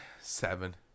Seven